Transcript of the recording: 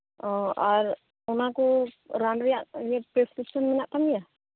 ᱚ ᱟᱨ ᱚᱱᱟᱠᱚ ᱞᱟᱦᱟᱨᱮᱭᱟᱜ ᱯᱨᱮᱥᱠᱤᱨᱤᱯᱥᱚᱱ ᱢᱮᱱᱟᱜ ᱛᱟᱢ ᱜᱮᱭᱟ